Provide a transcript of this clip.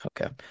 Okay